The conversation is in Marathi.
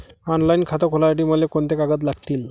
ऑनलाईन खातं खोलासाठी मले कोंते कागद लागतील?